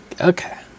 okay